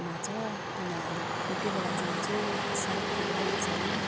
मा छ अन्त आलिक कोही कोही बेला जान्छु साह्रै ठुलो पनि छैन